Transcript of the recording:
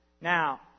Now